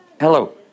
Hello